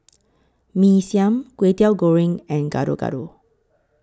Mee Siam Kway Teow Goreng and Gado Gado